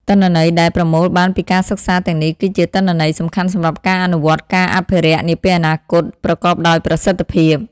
ទិន្នន័យដែលប្រមូលបានពីការសិក្សាទាំងនេះ គឺជា ទិន្នន័យសំខាន់សម្រាប់ការអនុវត្តការអភិរក្សនាពេលអនាគត ប្រកបដោយប្រសិទ្ធភាព។